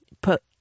Put